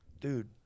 dude